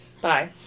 Bye